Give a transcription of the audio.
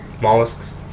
Mollusks